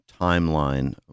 timeline